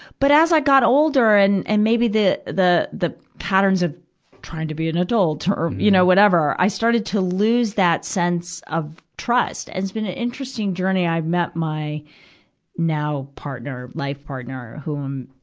but as i got older, and, and maybe the, the, the patterns of trying to be an adult or, you know, whatever. i started to lose that sense of trust. and it's been an interesting journey. i met my now partner, life partner, whom,